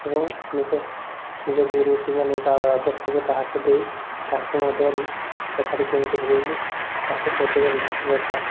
ଏବଂ ନିଜ ନିଜ ଗୁରୁ କିମ୍ବା ଆଦର୍ଶକୁ ତାହାକୁ ଦେଇ ତାହାକୁ ମଧ୍ୟ ଲେଖାର କେମିତି ହୋଇଯାଉ ବୋଲି ତାହାକୁ ପଚାରିବା ନିହାତି ଦରକାର